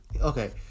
Okay